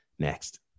Next